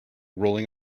rolling